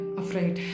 afraid